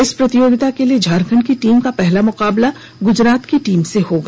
इस प्रतियोगिता के लिए झारखंड की टीम का पहला मुकाबला गुजरात की टीम से होगा